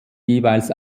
jeweils